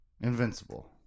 Invincible